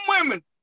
women